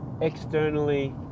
externally